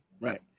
right